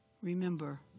Remember